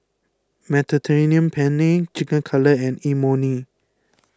Mediterranean Penne Chicken Cutlet and Imoni